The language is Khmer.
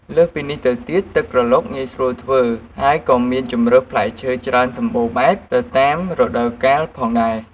លើសពីនេះទៅទៀត ទឹកក្រឡុកងាយស្រួលធ្វើ ហើយក៏មានជម្រើសផ្លែឈើច្រើនសម្បូរបែប ទៅតាមរដូវកាលផងដែរ។